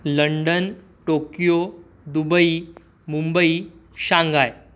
London Tokyo Dubai Mumbai Shanghai